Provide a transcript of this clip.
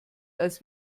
als